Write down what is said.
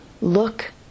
look